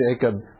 Jacob